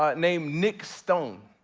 ah named nick stone.